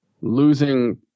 losing